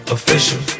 Official